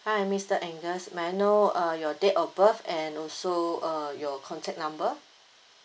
hi mister angles may I know uh your date of birth and also uh your contact number